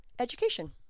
education